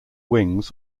wings